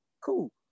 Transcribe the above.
cool